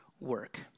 work